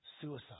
Suicide